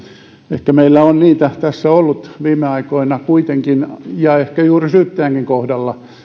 ehkä meillä on niitä tässä ollut viime aikoina kuitenkin ja ehkä juuri syyttäjänkin kohdalla